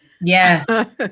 Yes